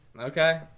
Okay